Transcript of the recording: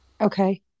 Okay